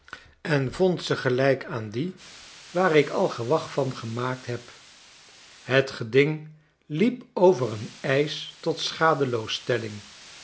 en vond ze gelijk aan die waar ik al gewag van gemaakt heb het geding liep over een eisch tot schadeloosstelling